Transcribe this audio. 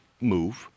move